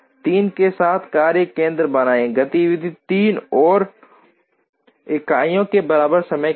3 के साथ 2 कार्य केंद्र बनाएं गतिविधि 3 और 3 इकाइयों के बराबर समय के साथ